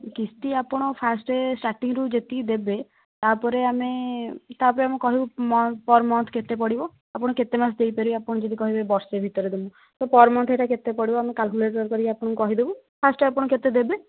କିସ୍ତି ଆପଣ ଫାର୍ଷ୍ଟ ଷ୍ଟାର୍ଟିଂରୁ ଯେତିକି ଦେବେ ତା'ପରେ ଆମେ ତା'ପରେ ଆମେ କହିବୁ ପର୍ ମନ୍ଥ କେତେ ପଡ଼ିବ ଆପଣ କେତେ ମାସ ଦେଇପାରିବେ ଆପଣ ଯଦି କହିବେ ବର୍ଷେ ଭିତରେ ଦେବୁ ତ ପର୍ ମନ୍ଥ ଏଇଟା କେତେ ପଡ଼ିବ ଆମେ କାଲ୍କୁଲେଟ୍ କରିକି ଆପଣଙ୍କୁ କହିଦବୁ ଷ୍ଟାର୍ଟ ଆପଣ କେତେ ଦେବେ